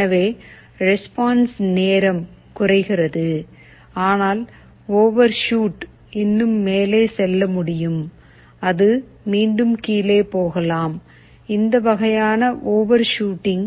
எனவே ரெஸ்பான்ஸ் நேரம் குறைகிறது ஆனால் ஓவர்ஷூட் இன்னும் மேலே செல்ல முடியும் அது மீண்டும் கீழே போகலாம் இந்த வகையான ஓவர்ஷூட்டிங்